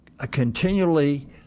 continually